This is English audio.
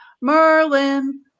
Merlin